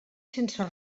sense